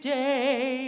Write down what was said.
day